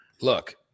look